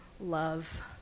love